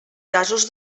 casos